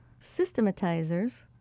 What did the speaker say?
systematizers